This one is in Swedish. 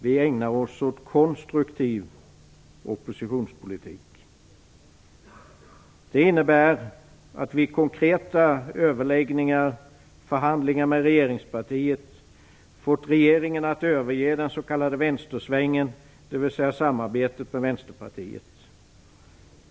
Vi ägnar oss åt konstruktiv oppositionspolitik. Det innebär att vi i konkreta förhandlingar med regeringspartiet fått regeringen att överge den s.k. vänstersvängen, dvs. samarbetet med Vänsterpartiet.